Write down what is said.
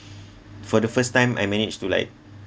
for the first time I managed to like